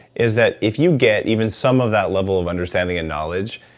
is that if you get even some of that level of understanding and knowledge,